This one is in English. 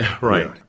Right